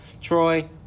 Troy